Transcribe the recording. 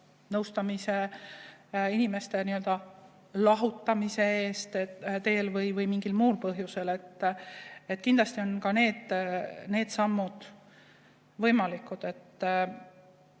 nõustamise, inimeste lahutamise teel või mingil muul moel. Kindlasti on ka need sammud võimalikud.